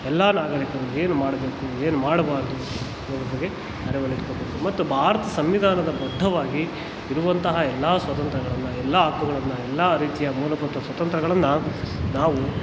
ಎಲ್ಲಾ ನಾಗರಿಕರು ಏನು ಮಾಡಬೇಕು ಏನು ಮಾಡಬಾರ್ದು ಅನ್ನೋದ್ರ ಬಗ್ಗೆ ಅರವಳಿಕೆ ಇರಬೇಕು ಮತ್ತು ಭಾರತದ ಸಂವಿಧಾನದ ಬದ್ದವಾಗಿ ಇರುವಂತಹ ಎಲ್ಲಾ ಸ್ವತಂತ್ರಗಳನ್ನು ಎಲ್ಲಾ ಹಕ್ಕುಗಳನ್ನ ಎಲ್ಲಾ ರೀತಿಯ ಮೂಲಭೂತ ಸ್ವತಂತ್ರಗಳನ್ನು ನಾವು